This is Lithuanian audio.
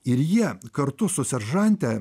ir jie kartu su seržante